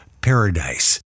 Paradise